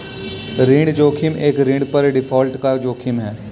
ऋण जोखिम एक ऋण पर डिफ़ॉल्ट का जोखिम है